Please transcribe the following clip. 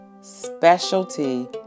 specialty